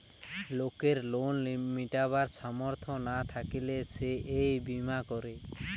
লোকের লোন মিটাবার সামর্থ না থাকলে সে এই বীমা করে